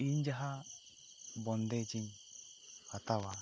ᱤᱧ ᱡᱟᱦᱟᱸ ᱵᱚᱱᱫᱮᱡᱽ ᱤᱧ ᱦᱟᱛᱟᱣᱟ